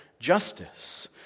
Justice